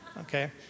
Okay